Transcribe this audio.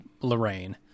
lorraine